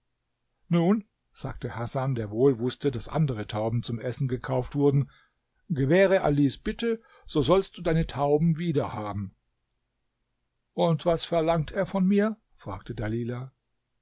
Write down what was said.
nun sagte hasan der wohl wußte daß andere tauben zum essen gekauft wurden gewähre alis bitte so sollst du deine tauben wieder haben und was verlangt er von mir fragte dalilah